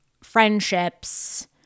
friendships